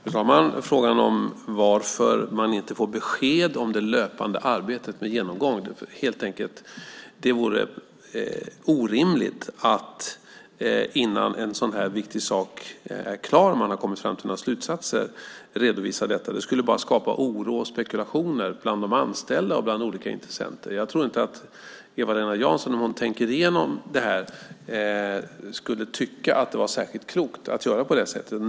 Fru talman! Frågan om varför man inte får besked om det löpande arbetet med genomgången är helt enkelt att det vore orimligt att redovisa detta innan en sådan viktig sak är klar och man har kommit fram till några slutsatser. Det skulle bara skapa oro och spekulationer bland de anställda och bland olika intressenter. Jag tror inte att Eva-Lena Jansson, om hon tänker igenom det här, skulle tycka att det var särskilt klokt att göra på det sättet.